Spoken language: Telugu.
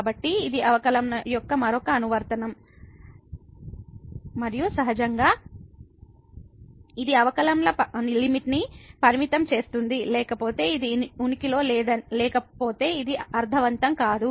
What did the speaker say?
కాబట్టి ఇది అవకలనం ల యొక్క మరొక అనువర్తనం అప్లికేషన్ application మరియు సహజంగా ఇది అవకలనం ల లిమిట్ ని లిమిట్ ం చేసినప్పుడు లేకపోతే ఇది ఉనికిలో లేకపోతే ఇది అర్ధవంతం కాదు